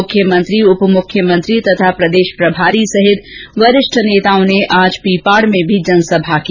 मुख्यमंत्री उपमुख्यमंत्री तथा प्रदेष प्रभारी सहित वरिष्ठ नेताओं ने आज पीपाड में भी जनसभा की